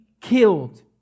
killed